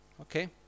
Okay